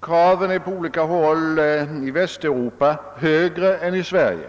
Kraven är på olika håll i Västeuropa högre än i Sverige.